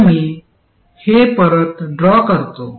तर मी हे परत ड्रॉ करतो